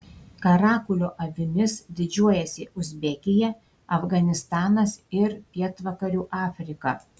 karakulio avimis didžiuojasi uzbekija afganistanas ir pietvakarių afrika